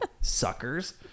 suckers